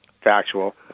factual